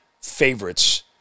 favorites